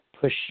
push